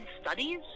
studies